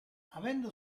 avendo